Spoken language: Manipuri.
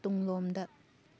ꯇꯨꯡ ꯂꯣꯝꯗ